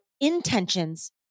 intentions